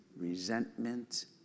resentment